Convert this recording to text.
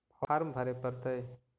Farm भरे परतय?